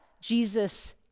Jesus